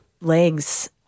legs